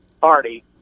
party